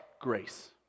grace